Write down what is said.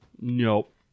nope